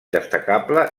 destacable